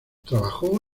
trabajó